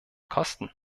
kosten